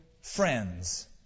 friends